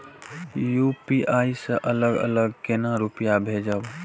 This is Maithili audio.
यू.पी.आई से अलग अलग केना रुपया भेजब